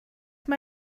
mae